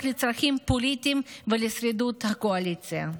לצרכים פוליטיים ולשרידות הקואליציה.